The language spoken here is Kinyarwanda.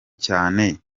cyane